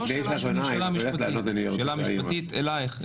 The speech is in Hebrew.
זו השאלה המשפטית שנשאלה אלייך,